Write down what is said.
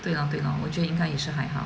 对咯对咯我觉得应该也是还好